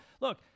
look